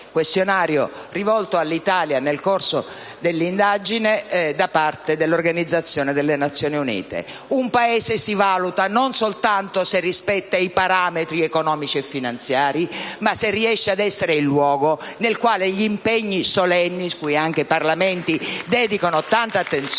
questionario rivolto all'Italia nel corso dell'indagine da parte dell'Organizzazione delle Nazioni Unite. *(Applausi dai Gruppi* *PD, PdL e Misto-SEL)*. Un Paese si valuta non soltanto se rispetta i parametri economici e finanziari, ma se riesce ad essere il luogo nel quale gli impegni solenni, cui anche i Parlamenti dedicano tanta attenzione,